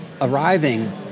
arriving